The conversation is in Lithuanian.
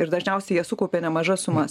ir dažniausiai jie sukaupia nemažas sumas